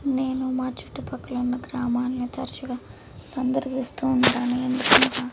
నేను మా చుట్టుపక్కల ఉన్న గ్రామాలని తరచుగా సందర్శిస్తూ ఉంటాను ఎందుకంటే